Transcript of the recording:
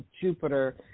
Jupiter